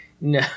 No